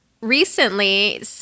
recently